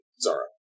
Zara